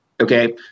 Okay